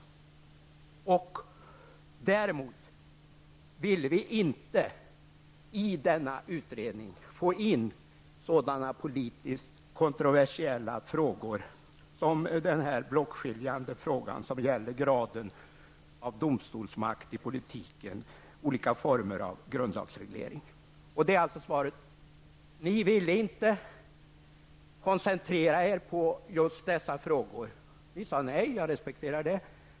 Däremot ville vi inte i denna utredning få in sådana politiskt kontroversiella frågor som den blockskiljande frågan som gäller graden av domstolsmakt i politiken, olika former av grundlagsreglering. Det är således svaret. Ni ville inte koncentrera er på just dessa frågor. Ni sade nej, och jag respekterar det.